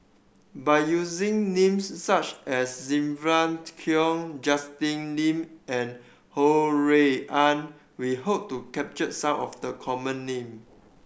by using names such as Sylvia Kho Justin Lean and Ho Rui An we hope to capture some of the common name